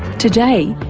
today,